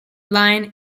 line